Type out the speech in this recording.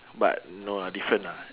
but no ah different ah